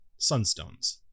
sunstones